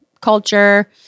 culture